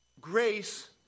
Grace